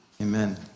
Amen